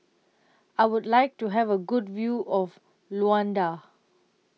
I Would like to Have A Good View of Luanda